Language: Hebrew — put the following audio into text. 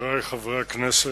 חברי חברי הכנסת,